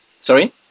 Sorry